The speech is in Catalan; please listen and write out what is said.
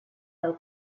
del